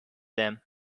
them